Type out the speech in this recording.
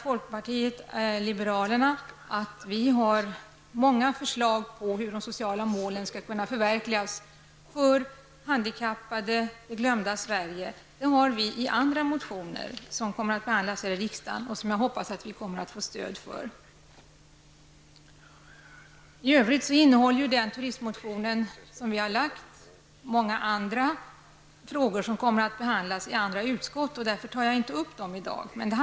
Folkpartiet liberalerna har många förslag till hur de sociala målen skall kunna förverkligas för handikappade, det glömda Sverige, i andra motioner som kommer att behandlas i riksdagen och som jag hoppas att vi kommer att få stöd för. I övrigt innehåller den turistmotion som vi har lagt fram många andra frågor som kommer att behandlas i andra utskott. Jag tar därför inte upp dessa frågor i dag.